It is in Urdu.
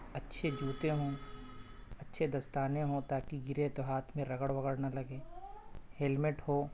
اچھے جوتے ہوں اچھے دستانے ہوں تاکہ گرے تو ہاتھ میں رگڑ وگڑ نہ لگے ہیلمیٹ ہو